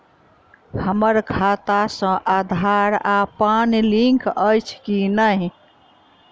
हम्मर खाता सऽ आधार आ पानि लिंक अछि की नहि?